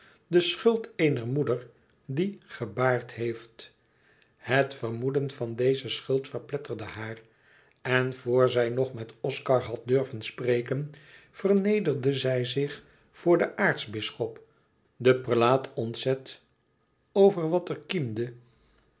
de schuld eener moeder die gebaard heeft et vermoeden van deze schuld verpletterde haar en vor zij nog met oscar had durven spreken vernederde zij zich voor den aartsbisschop de prelaat ontzet over wat er